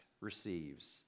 receives